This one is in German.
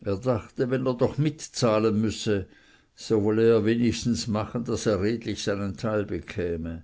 er dachte wenn er doch mitzahlen müsse so wolle er wenigstens machen daß er redlich seinen teil bekäme